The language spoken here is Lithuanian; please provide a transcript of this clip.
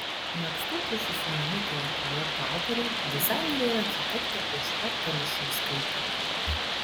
megztų pufų sumanytoja ir projekto autorė dizainerė ir architektė aušra telišauskaitė